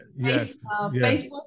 Facebook